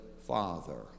Father